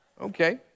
okay